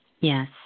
Yes